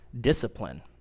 discipline